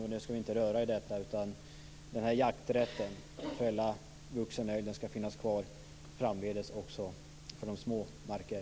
Nu ska vi inte röra detta, utan jakträtten att fälla vuxen älg ska finnas kvar även framdeles för ägarna av små marker.